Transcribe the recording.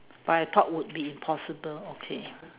but I thought would be impossible okay